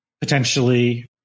potentially